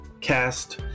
cast